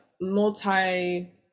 multi